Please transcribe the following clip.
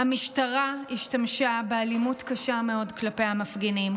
המשטרה השתמשה באלימות קשה מאוד כלפי המפגינים.